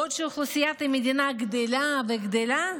בעוד שאוכלוסיית המדינה גדלה וגדלה,